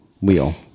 wheel